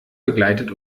begleitet